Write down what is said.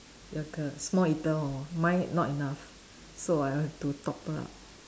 your girl small eater hor mine not enough so I have to topple up